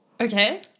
Okay